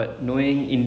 mm